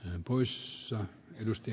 hänen poissa edusti